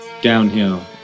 downhill